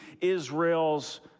Israel's